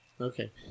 Okay